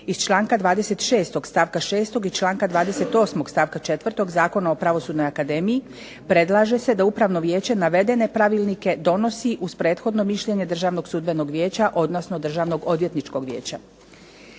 iz članka 26. stavka 6. i članka 28. stavka 4. Zakona o Pravosudnoj akademiji predlaže se da Upravno vijeće navedene pravilnike donosi uz prethodno mišljenje Državnog sudbenog vijeća, odnosno Državnog odvjetničkog vijeća.